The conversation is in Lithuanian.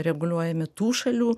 reguliuojami tų šalių